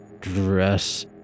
dress